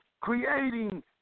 creating